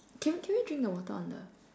can can we drink the water on the